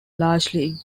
largely